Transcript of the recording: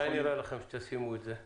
מתי נראה לכם שתשימו את זה בוועדה?